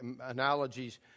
analogies